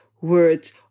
words